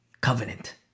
covenant